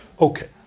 Okay